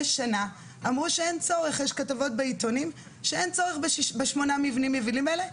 שנה אמרו שאין צורך בשמונה המבנים היבילים האלה,